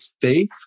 faith